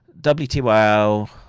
WTYL